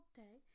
day